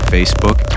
Facebook